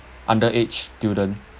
underage student